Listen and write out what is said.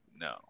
no